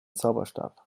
zauberstab